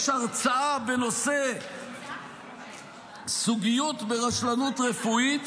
יש הרצאה בנושא סוגיות ברשלנות רפואית